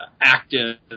active